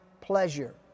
pleasure